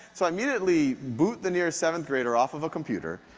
so i immediately boot the nearest seventh grader off of a computer,